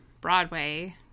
Broadway